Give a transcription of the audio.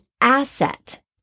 asset